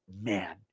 man